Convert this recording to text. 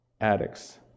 addicts